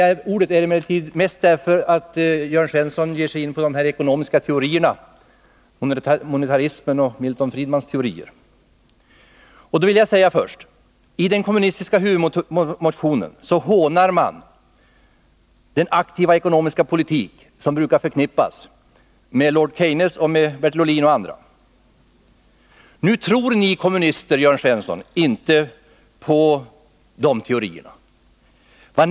Anledningen till att jag begärde ordet var framför allt att Jörn Svensson gav sig in på de olika ekonomiska teorierna, bl.a. monetarismen och Milton Friedmans teorier. Jag vill med anledning av detta säga följande. I den kommunistiska huvudmotionen hånar man den aktiva ekonomiska politik som brukar förknippas med lord Keynes, Bertil Ohlin och andra. Nu tror ni kommunister inte på dessa teorier, Jörn Svensson.